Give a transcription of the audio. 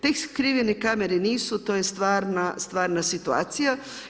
Te skrivene kamere nisu, to je stvarna situacija.